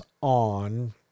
on